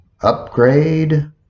upgrade